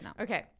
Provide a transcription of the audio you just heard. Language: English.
Okay